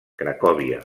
cracòvia